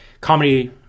comedy